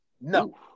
No